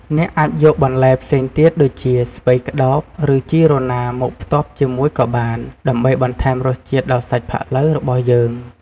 អ្នកអាចយកបន្លែផ្សេងទៀតដូចជា ស្ពៃក្ដោប ឬជីរណាមកផ្ទាប់ជាមួយក៏បាន ដើម្បីបន្ថែមរសជាតិដល់សាច់ផាក់ឡូវរបស់យើង។